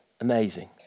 amazing